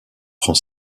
prend